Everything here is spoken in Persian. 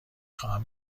خواهم